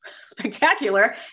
spectacular